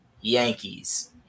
Yankees